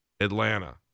Atlanta